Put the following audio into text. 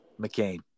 McCain